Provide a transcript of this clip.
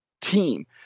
team